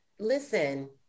listen